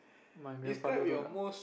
my grandfather road ah